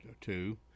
two